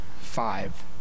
five